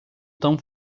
tão